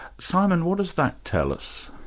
simon, what does that tell us?